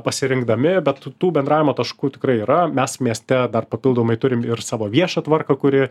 pasirinkdami bet tų bendravimo taškų tikrai yra mes mieste dar papildomai turim ir savo viešą tvarką kuri